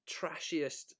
trashiest